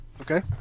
Okay